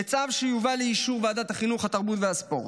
בצו שיובא לאישור ועדת החינוך, התרבות והספורט.